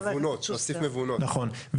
נכון.